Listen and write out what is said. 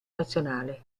nazionale